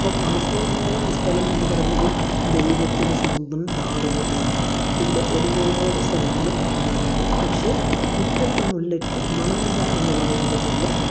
അപ്പം കാസർകോഡ് എന്ന് പറയുന്ന ഒരു സ്ഥലം എന്ന് പറയുന്നത് ദൈവത്തിൻ്റെ സ്വന്തം നാട് പോലെയാണ് ഇവിടെ ഒരുപാട് സ്ഥലങ്ങൾ കാണാനുണ്ട് പക്ഷെ മുറ്റത്തെ മുല്ലയ്ക്ക് മണമില്ല എന്ന് പറയുന്നത് പോലെ